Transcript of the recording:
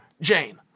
Jane